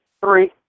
Three